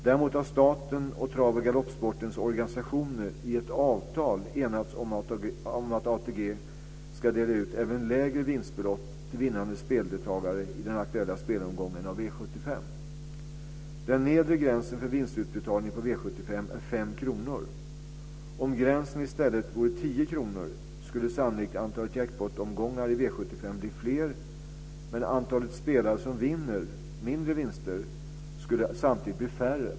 Däremot har staten och trav och galoppsportens organisationer i ett avtal enats om att ATG ska dela ut även lägre vinstbelopp till vinnande speldeltagare i den aktuella spelomgången av V 75. Den nedre gränsen för vinstutbetalning på V 75 är 5 kr. Om gränsen i stället vore 10 kr skulle sannolikt antalet jackpottomgångar i V 75 bli fler, men antalet spelare som vinner mindre vinster skulle samtidigt bli färre.